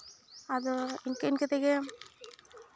ᱟᱫᱚ ᱤᱱᱠᱟᱹ ᱤᱱᱠᱟᱹ ᱛᱮᱜᱮ